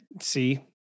See